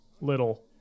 little